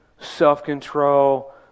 self-control